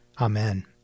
Amen